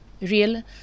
real